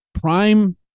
prime